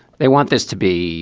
they want this to be